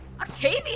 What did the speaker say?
Octavia